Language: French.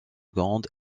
grande